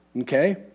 Okay